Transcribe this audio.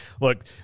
look